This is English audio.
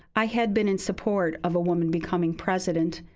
i had been in support of a woman becoming president,